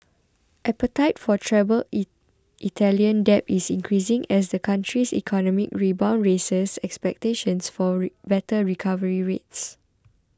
appetite for troubled Italian debt is increasing as the country's economic rebound raises expectations for better recovery rates